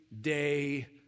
day